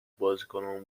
بازیکنامون